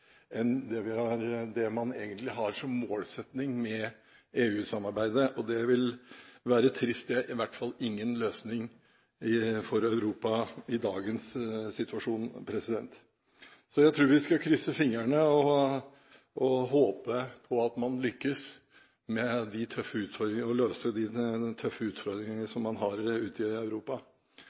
det man egentlig har som målsetting med EU-samarbeidet – og det ville være trist. Det er i hvert fall ingen løsning for Europa i dagens situasjon. Så jeg tror vi skal krysse fingrene og håpe på at man lykkes med å løse de tøffe utfordringene man har ute i Europa. Jeg tror på mange måter at den krisen man ser ute i Europa,